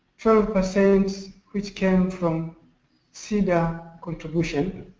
twelve percent, which came from sida contribution.